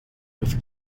with